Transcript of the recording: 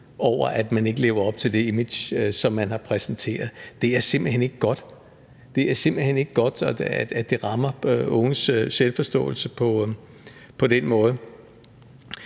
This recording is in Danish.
over, at man ikke lever op til det image, som man har præsenteret. Det er simpelt hen ikke godt. Det er simpelt hen ikke godt, at det rammer unges selvforståelse på den måde.